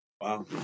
Wow